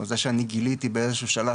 או זה שאני גיליתי באיזה שהוא שלב,